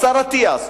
לשר אטיאס,